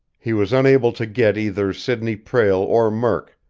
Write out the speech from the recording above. he was unable to get either sidney prale or murk,